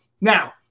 Now